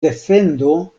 defendo